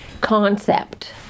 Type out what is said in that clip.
concept